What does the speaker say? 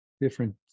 different